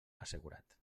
assegurat